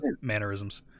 mannerisms